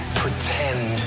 pretend